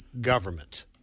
government